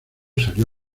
salió